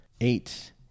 eight